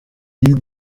ils